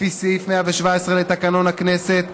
לפי סעיף 117 לתקנון הכנסת,